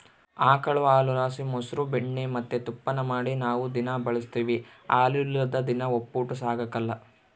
ಆಕುಳು ಹಾಲುಲಾಸಿ ಮೊಸ್ರು ಬೆಣ್ಣೆ ಮತ್ತೆ ತುಪ್ಪಾನ ಮಾಡಿ ನಾವು ದಿನಾ ಬಳುಸ್ತೀವಿ ಹಾಲಿಲ್ಲುದ್ ದಿನ ಒಪ್ಪುಟ ಸಾಗಕಲ್ಲ